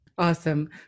Awesome